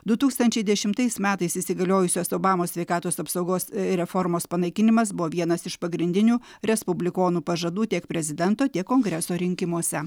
du tūkstančiai dešimtais metais įsigaliojusios obamos sveikatos apsaugos reformos panaikinimas buvo vienas iš pagrindinių respublikonų pažadų tiek prezidento tiek kongreso rinkimuose